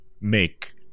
make